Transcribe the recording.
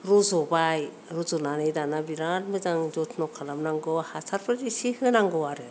रज'बाय रज'नानै दाना बिराद मोजां जोथोन खालामनांगौ हासारफोर एसे होनांगौ आरो